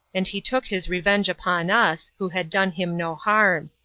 and he took his revenge upon us, who had done him no harm.